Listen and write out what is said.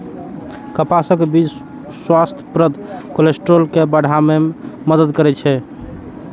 कपासक बीच स्वास्थ्यप्रद कोलेस्ट्रॉल के बढ़ाबै मे मदति करै छै